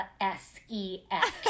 s-e-x